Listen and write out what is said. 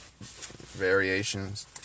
variations